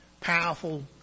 powerful